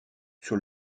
sur